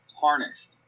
tarnished